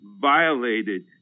violated